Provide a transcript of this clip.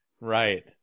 right